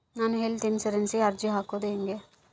ನಾನು ಹೆಲ್ತ್ ಇನ್ಸುರೆನ್ಸಿಗೆ ಅರ್ಜಿ ಹಾಕದು ಹೆಂಗ?